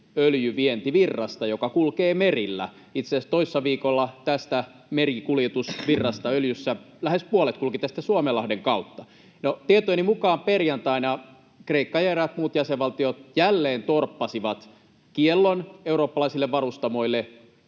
öljyvientivirrasta, joka kulkee merillä. Itse asiassa toissa viikolla tästä öljyn merikuljetusvirrasta lähes puolet kulki tästä Suomenlahden kautta. No, tietojeni mukaan perjantaina Kreikka ja eräät muut jäsenvaltiot jälleen torppasivat kiellon eurooppalaisille varustamoille